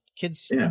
kids